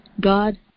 God